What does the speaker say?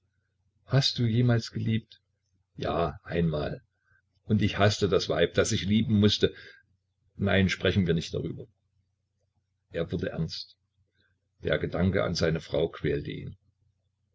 hast du jemals geliebt ja einmal und ich haßte das weib das ich lieben mußte nein sprechen wir nicht darüber er wurde ernst der gedanke an seine frau quälte ihn